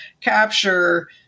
capture